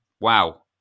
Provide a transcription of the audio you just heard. wow